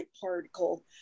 particle